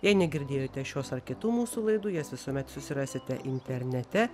jei negirdėjote šios ar kitų mūsų laidų jas visuomet susirasite internete